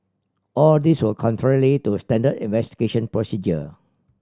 all these were contrary to standard investigation procedure